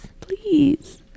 Please